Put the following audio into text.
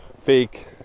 fake